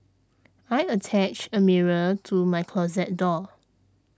I attached a mirror to my closet door